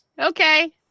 Okay